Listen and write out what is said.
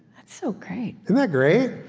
that's so great isn't that great?